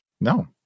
No